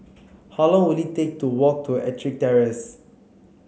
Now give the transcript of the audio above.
how long will it take to walk to EttricK Terrace